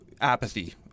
apathy